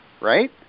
Right